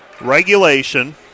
Regulation